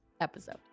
episode